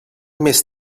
més